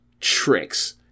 tricks